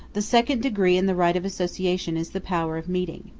the second degree in the right of association is the power of meeting.